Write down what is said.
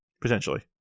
potentially